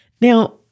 Now